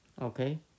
Okay